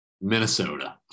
Minnesota